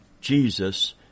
Jesus